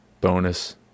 bonus